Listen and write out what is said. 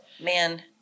man